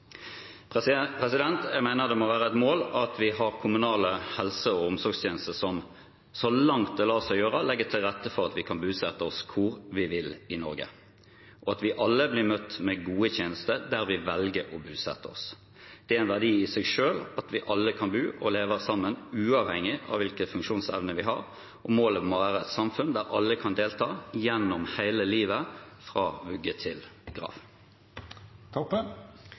Jeg mener det må være et mål at vi har kommunale helse- og omsorgstjenester som, så langt det lar seg gjøre, legger til rette for at vi kan bosette oss hvor vi vil i Norge, og at vi alle blir møtt med gode tjenester der vi velger å bosette oss. Det er en verdi i seg selv at vi alle kan bo og leve sammen uavhengig av hvilken funksjonsevne vi har. Målet må være et samfunn der alle kan delta gjennom hele livet – fra vugge til